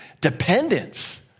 dependence